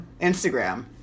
Instagram